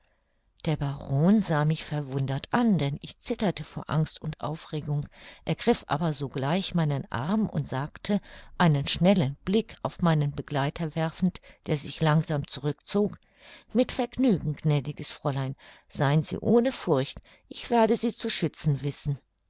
der baron sah mich verwundert an denn ich zitterte vor angst und aufregung ergriff aber sogleich meinen arm und sagte einen schnellen blick auf meinen begleiter werfend der sich langsam zurückzog mit vergnügen gnädiges fräulein sein sie ohne furcht ich werde sie zu schützen wissen